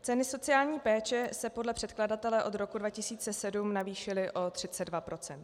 Ceny sociální péče se podle předkladatele od roku 2007 navýšily o 32 %.